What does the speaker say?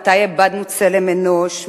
מתי איבדנו צלם אנוש?